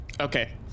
Okay